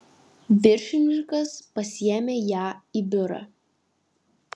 viršininkas pasiėmė ją į biurą